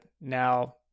now